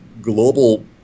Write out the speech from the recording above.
global